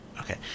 Okay